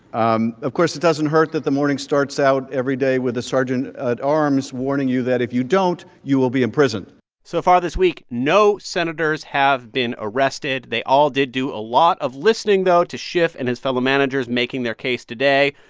um of course, it doesn't hurt that the morning starts out every day with the sergeant-at-arms warning you that if you don't, you will be in prison so far this week, no senators have been arrested. they all did do a lot of listening, though, to schiff and his fellow managers making their case today.